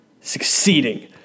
succeeding